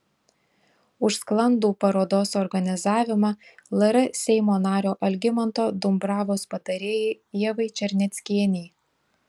už sklandų parodos organizavimą lr seimo nario algimanto dumbravos patarėjai ievai černeckienei